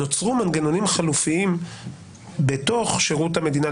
נוצרו מנגנונים חלופיים בשירות המדינה,